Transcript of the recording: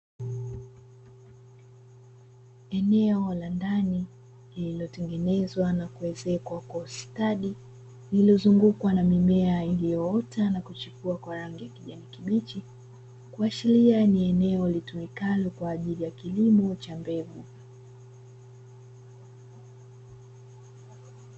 Eneo la ndani lililotengenezwa na kuezekwa kwa ustadi lililozungukwa na mimea iliyoota na kuchipua kwa rangi ya kijani kibichi kuashiria ni eneo litumikalo kwa ajili ya kilimo cha mbegu.